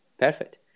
Perfect